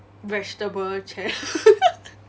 vegetable chair